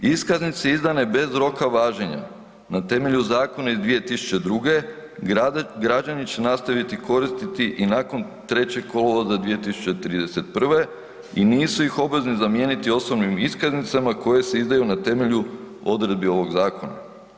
Iskaznice izdane bez roka važenja na temelju zakona iz 2002. građani će nastaviti koristiti i nakon 3. kolovoza 2031. i nisu ih obvezni zamijeniti osobnim iskaznicama koje se izdaju na temelju odredbi ovog zakona.